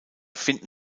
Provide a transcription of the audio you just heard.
finden